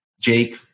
Jake